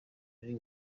muri